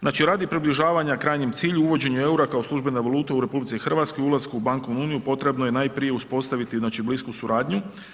Znači, radi približavanja krajnjem cilju, uvođenju EUR-a kao službene valute u RH i ulasku u bankovnu uniju potrebno je najprije uspostaviti znači blisku suradnju.